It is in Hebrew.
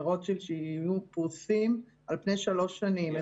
רוטשילד שיהיו פרוסים על פני שלוש שנים.